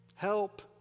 help